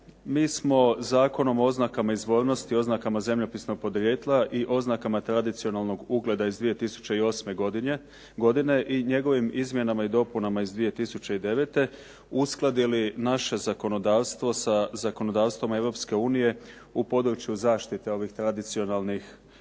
mi smo Zakonom o oznakama izvornosti, oznakama zemljopisnog podrijetla i oznakama tradicionalnog ugleda iz 2008. godine i njegovim izmjenama i dopunama iz 2009. uskladili naše zakonodavstvo sa zakonodavstvom Europske unije u području zaštite ovih tradicionalnih